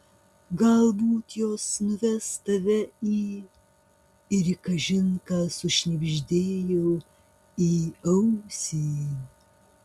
galbūt jos nuves tave į ir ji kažin ką sušnibždėjo į ausį